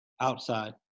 outside